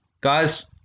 Guys